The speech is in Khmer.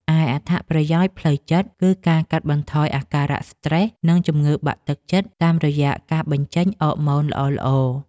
ឯអត្ថប្រយោជន៍ផ្លូវចិត្ត គឺការកាត់បន្ថយអាការៈស្រ្តេស និងជំងឺបាក់ទឹកចិត្តតាមរយៈការបញ្ចេញអ័រម៉ូនល្អៗ។